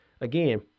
again